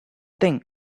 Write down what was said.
thing